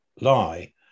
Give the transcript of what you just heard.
lie